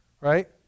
right